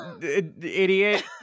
idiot